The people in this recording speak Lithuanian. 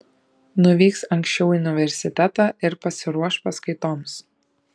nuvyks anksčiau į universitetą ir pasiruoš paskaitoms